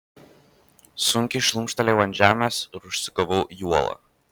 sunkiai šlumštelėjau ant žemės ir užsigavau į uolą